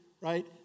Right